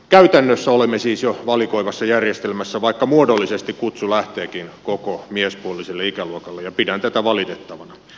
käytännössä olemme siis jo valikoivassa järjestelmässä vaikka muodollisesti kutsu lähteekin koko miespuoliselle ikäluokalle ja pidän tätä valitettavana